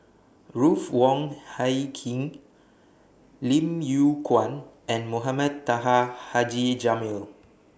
Ruth Wong Hie King Lim Yew Kuan and Mohamed Taha Haji Jamil